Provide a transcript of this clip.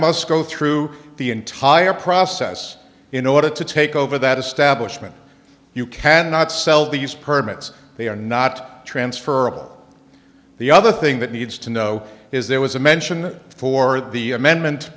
must go through the entire process in order to take over that establishment you cannot sell these permits they are not transferable the other thing that needs to know is there was a mention for the amendment